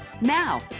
Now